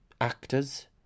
actors